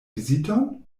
viziton